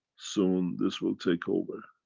soon this will take over.